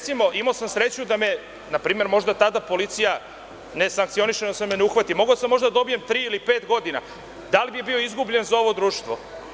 Recimo, imao sam sreću da me je na primer možda tada policija ne sankcioniše, odnosno da me ne uhvati, mogao sam možda da dobijem tri ili pet godina, da li bih bio izgubljen za ovo društvo?